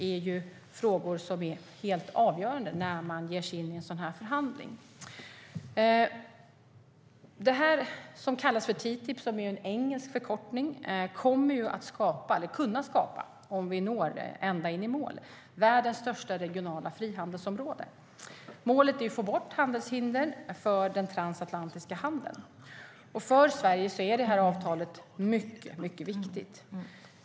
är ju frågor som är helt avgörande när man ger sig in i en sådan här förhandling. För Sverige är avtalet mycket viktigt.